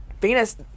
Venus